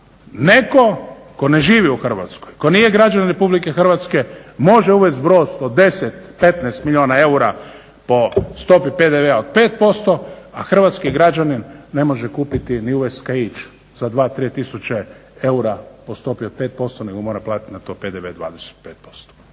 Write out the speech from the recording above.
netko tko ne živi u Hrvatskoj, tko nije građanin Republike Hrvatske može uvesti brod od 10, 15 milijuna eura po stopi PDV-a od 5%, a hrvatski građanin ne može kupiti ni uvesti kaić za …/Ne razumije se./… tisuće eura po stopi od 5%, nego mora platiti na to PDV 25%.